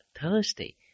Thursday